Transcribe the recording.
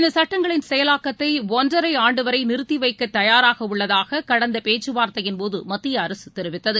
இந்தசட்டங்களின் செயலாக்கத்தைஒன்றரைஆண்டுவரைநிறுத்திவைக்கதயாராகஉள்ளதாககடந்தபேச்சுவார்த்தையின்போதுமத்திய அரசுதெரிவித்தது